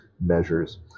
measures